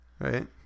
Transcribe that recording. Right